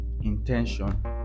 intention